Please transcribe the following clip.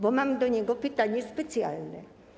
Bo mam do niego pytanie specjalne.